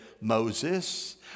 Moses